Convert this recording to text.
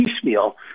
piecemeal